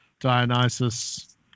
dionysus